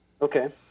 Okay